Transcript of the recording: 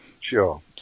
sure